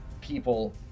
people